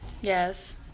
Yes